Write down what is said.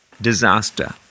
disaster